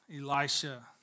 Elisha